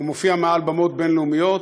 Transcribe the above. הוא מופיע מעל במות בין-לאומיות.